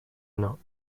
knot